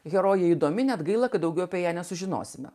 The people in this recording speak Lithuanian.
herojė įdomi net gaila kad daugiau apie ją nesužinosime